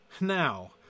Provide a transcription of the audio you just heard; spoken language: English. now